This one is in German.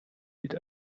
gilt